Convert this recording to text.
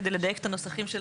כדי לדייק את הנוסחים.